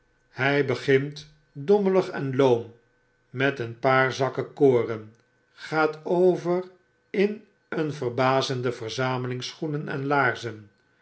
hg begint dommelig en loom met een paar zakken koren gaat over in een verbazende verzameling schoenen en laarzen